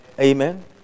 Amen